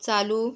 चालू